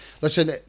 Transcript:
Listen